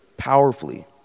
powerfully